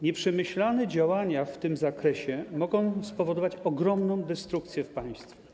Nieprzemyślane działania w tym zakresie mogą spowodować ogromną destrukcję w państwie.